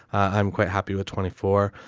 i'm quite happy with twenty four,